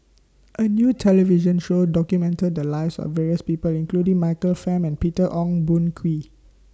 A New television Show documented The Lives of various People including Michael Fam and Peter Ong Boon Kwee